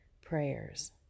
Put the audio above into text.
prayers